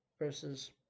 versus